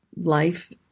Life